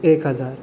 एक हजार